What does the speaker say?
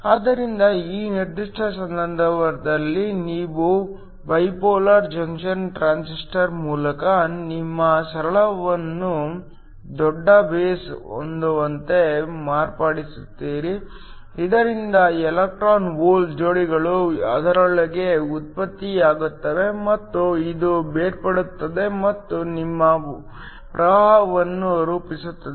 ಆದ್ದರಿಂದ ಈ ನಿರ್ದಿಷ್ಟ ಸಂದರ್ಭದಲ್ಲಿ ನೀವು ಬೈಪೋಲಾರ್ ಜಂಕ್ಷನ್ ಟ್ರಾನ್ಸಿಸ್ಟರ್ ಮೂಲಕ ನಿಮ್ಮ ಸರಳವನ್ನು ದೊಡ್ಡ ಬೇಸ್ ಹೊಂದುವಂತೆ ಮಾರ್ಪಡಿಸುತ್ತೀರಿ ಇದರಿಂದ ಎಲೆಕ್ಟ್ರಾನ್ ಹೋಲ್ ಜೋಡಿಗಳು ಅದರೊಳಗೆ ಉತ್ಪತ್ತಿಯಾಗುತ್ತವೆ ಮತ್ತು ಇದು ಬೇರ್ಪಡುತ್ತದೆ ಮತ್ತು ನಿಮ್ಮ ಪ್ರವಾಹವನ್ನು ರೂಪಿಸುತ್ತದೆ